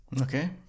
Okay